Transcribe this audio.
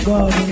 God